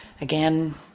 again